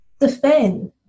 defend